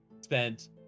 spent